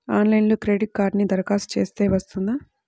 ఆన్లైన్లో క్రెడిట్ కార్డ్కి దరఖాస్తు చేస్తే వస్తుందా?